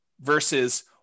versus